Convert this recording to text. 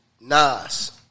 Nas